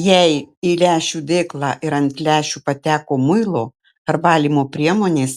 jei į lęšių dėklą ir ant lęšių pateko muilo ar valymo priemonės